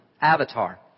Avatar